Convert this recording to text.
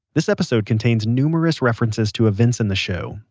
this episode contains numerous references to events in the show.